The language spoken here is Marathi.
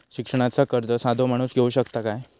शिक्षणाचा कर्ज साधो माणूस घेऊ शकता काय?